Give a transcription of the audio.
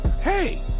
hey